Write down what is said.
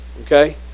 okay